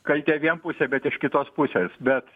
kaltė vienpusė bet iš kitos pusės bet